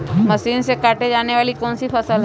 Machine से काटे जाने वाली कौन सी फसल है?